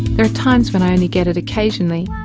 there are times when i only get it occasionally,